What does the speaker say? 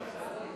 היה מצביע עכשיו?